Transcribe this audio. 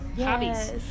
Hobbies